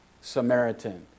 Samaritan